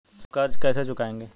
आप कर्ज कैसे चुकाएंगे?